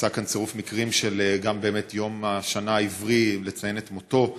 יצא כאן צירוף מקרים של יום השנה העברי לציון מותו,